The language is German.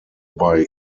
bei